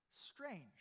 strange